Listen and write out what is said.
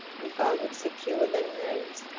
if i would secure them these,